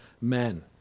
men